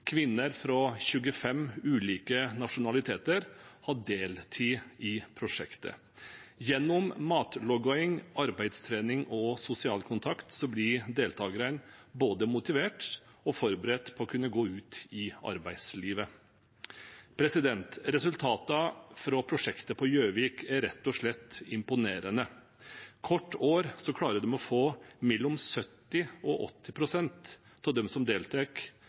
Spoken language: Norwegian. Kvinner fra 25 ulike nasjonaliteter har deltatt i prosjektet. Gjennom matlaging, arbeidstrening og sosial kontakt blir deltakerne både motivert og forberedt på å kunne gå ut i arbeidslivet. Resultatene fra prosjektet på Gjøvik er rett og slett imponerende. Hvert år klarer de å få mellom 70 og 80 pst. av dem som